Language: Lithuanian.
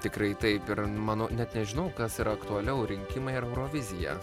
tikrai taip ir mano net nežinau kas yra aktualiau rinkimai ar eurovizija